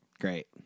Great